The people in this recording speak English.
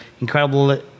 incredible